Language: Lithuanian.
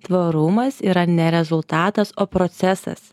tvarumas yra ne rezultatas o procesas